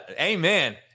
Amen